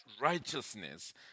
righteousness